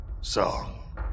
song